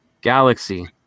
Galaxy